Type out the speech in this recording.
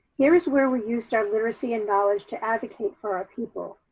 here's where we used our literacy and knowledge to advocate for our people.